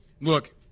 Look